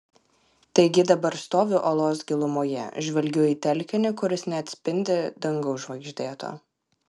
taigi dabar stoviu olos gilumoje žvelgiu į telkinį kuris neatspindi dangaus žvaigždėto